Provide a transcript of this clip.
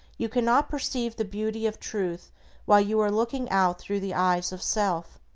you cannot perceive the beauty of truth while you are looking out through the eyes of self.